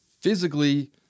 physically